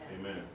Amen